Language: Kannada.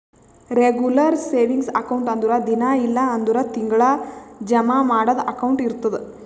ರೆಗುಲರ್ ಸೇವಿಂಗ್ಸ್ ಅಕೌಂಟ್ ಅಂದುರ್ ದಿನಾ ಇಲ್ಲ್ ಅಂದುರ್ ತಿಂಗಳಾ ಜಮಾ ಮಾಡದು ಅಕೌಂಟ್ ಇರ್ತುದ್